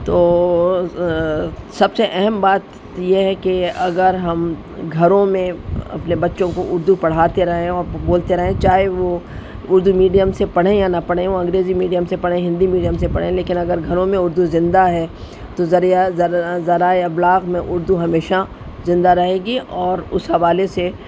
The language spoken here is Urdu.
تو سب سے اہم بات یہ ہے کہ اگر ہم گھروں میں اپنے بچوں کو اردو پڑھاتے رہے ہیں اور بولتے رہے ہیں چاہے وہ اردو میڈیم سے پڑھیں یا نہ پڑیں وہ انگریزی میڈیم سے پڑھیں ہندی میڈیم سے پڑھیں لیکن اگر گھروں میں اردو زندہ ہے تو ذریعہ ذرائع یا بلاغ میں اردو ہمیشہ زندہ رہے گی اور اس حوالے سے